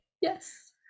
Yes